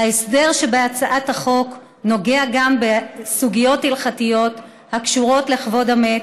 ההסדר שבהצעת החוק נוגע גם לסוגיות הלכתיות הקשורות לכבוד המת,